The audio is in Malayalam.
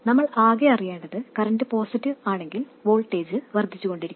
നമ്മൾ ആകെ അറിയേണ്ടത് കറന്റ് പോസിറ്റീവ് ആണെങ്കിൽ വോൾട്ടേജ് വർദ്ധിച്ചുകൊണ്ടിരിക്കും